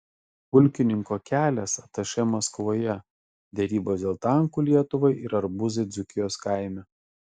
pulkininko kelias atašė maskvoje derybos dėl tankų lietuvai ir arbūzai dzūkijos kaime